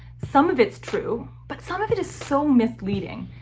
some of it's true, but some of it is so misleading.